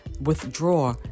withdraw